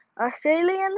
Australian